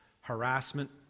harassment